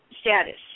status